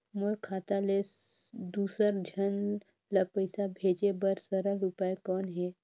मोर खाता ले दुसर झन ल पईसा भेजे बर सरल उपाय कौन हे?